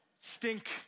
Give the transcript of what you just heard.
stink